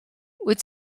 wyt